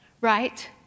right